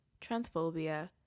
transphobia